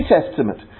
Testament